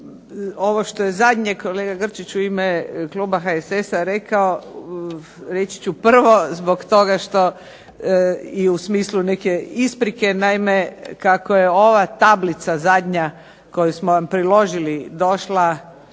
ovo što je zadnje kolega Grčić u ime kluba HSS-a rekao, reći ću prvo zato što i u smislu nekakve isprike. Naime, kako je ova zadnja tablica koju smo vam priložili došla